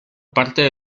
parte